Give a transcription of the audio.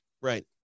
Right